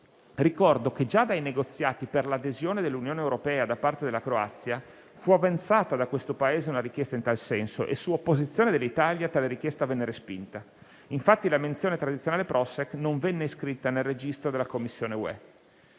ricordo che già dai negoziati per l'adesione all'Unione europea da parte della Croazia fu avanzata da questo Paese una richiesta in tal senso e, su opposizione dell'Italia, tale richiesta venne respinta. Infatti, la menzione tradizionale Prošek non venne iscritta nel registro della Commissione UE.